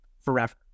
forever